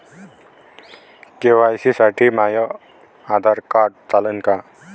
KYC साठी माह्य Aadhaar card चालन का?